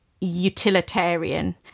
utilitarian